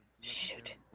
Shoot